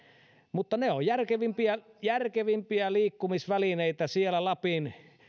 mutta ne ovat järkevimpiä järkevimpiä liikkumisvälineitä siellä lapin